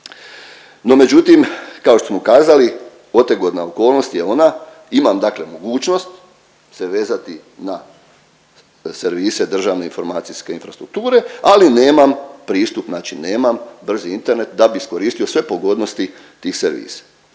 No, međutim kao što smo kazali otegotna okolnost je ona imam dakle mogućnost se vezati na servise državne informacijske infrastrukture ali nemam pristup znači nemam brzi internet da bi iskoristio sve pogodnosti tih servisa.